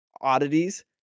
oddities